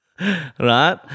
Right